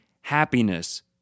happiness